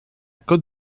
code